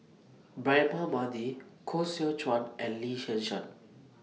Braema Mathi Koh Seow Chuan and Lee Yi Shyan